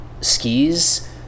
skis